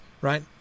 right